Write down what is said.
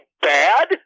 bad